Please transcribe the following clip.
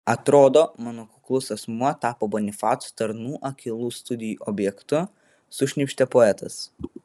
atrodo mano kuklus asmuo tapo bonifaco tarnų akylų studijų objektu sušnypštė poetas